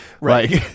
right